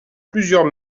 plusieurs